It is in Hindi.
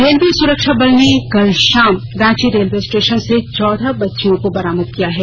रेलवे सुरक्षा बल ने कल शाम रांची रेलवे स्टेशन से चौदह बच्चियों को बरामद किया है